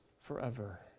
forever